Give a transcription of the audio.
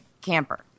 camper